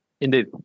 Indeed